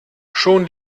schon